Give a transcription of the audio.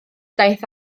daeth